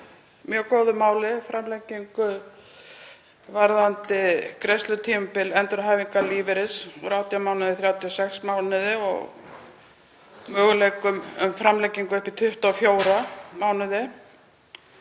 mjög góðu máli, framlengingu varðandi greiðslutímabil endurhæfingarlífeyris úr 18 mánuðum í 36 mánuði og möguleikum á framlengingu upp í 24 mánuði.